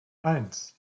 eins